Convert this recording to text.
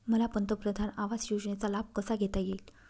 मला पंतप्रधान आवास योजनेचा लाभ कसा घेता येईल?